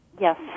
Yes